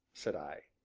said i.